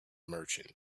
merchant